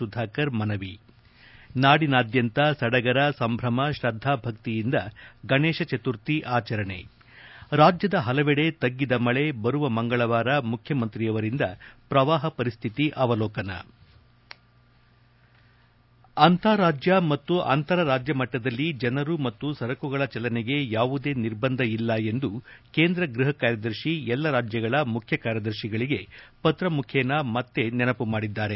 ಸುಧಾಕರ್ ಮನವಿ ನಾಡಿನಾದ್ಯಂತ ಸಡಗರ ಸಂಭ್ರಮ ಶ್ರದ್ದಾ ಭಕ್ತಿಯಿಂದ ಗಣೇಶ ಚತುರ್ಥಿ ಆಚರಣೆ ರಾಜ್ಯದ ಹಲವೆಡೆ ತಗ್ಗಿದ ಮಳೆ ಬರುವ ಮಂಗಳವಾರ ಮುಖ್ಯಮಂತ್ರಿಯವರಿಂದ ಪ್ರವಾಹ ಪರಿಸ್ಥಿತಿ ಅವಲೋಕನ ಅಂತಾರಾಜ್ಯ ಮತ್ತು ಅಂತರ ರಾಜ್ಯ ಮಟ್ಠದಲ್ಲಿ ಜನರ ಮತ್ತು ಸರಕುಗಳ ಚಲನೆಗೆ ಯಾವುದೇ ನಿರ್ಬಂಧ ಇಲ್ಲ ಎಂದು ಕೇಂದ್ರ ಗೃಹ ಕಾರ್ಯದರ್ಶಿ ಎಲ್ಲ ರಾಜ್ಯಗಳ ಮುಖ್ಯ ಕಾರ್ಯದರ್ಶಿಗಳಿಗೆ ಪತ್ರ ಮುಖೇನ ಮತ್ತೆ ನೆನಪು ಮಾಡಿದ್ದಾರೆ